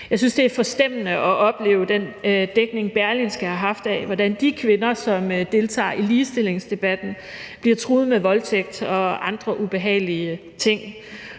Jeg synes, det er forstemmende at opleve via den dækning, Berlingske har haft af det, hvordan de kvinder, som deltager i ligestillingsdebatten, bliver truet med voldtægt og andre ubehagelige ting,